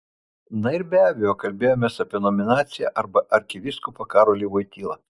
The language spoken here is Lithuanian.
na ir be abejo kalbėjomės apie nominaciją arba apie arkivyskupą karolį voitylą